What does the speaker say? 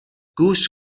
گوش